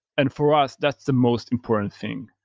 and for us, that's the most important thing.